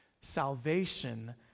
salvation